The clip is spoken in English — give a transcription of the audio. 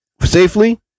safely